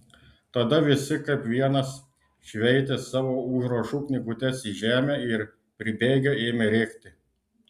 tada visi kaip vienas šveitė savo užrašų knygutes į žemę ir pribėgę ėmė rėkti